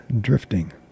Drifting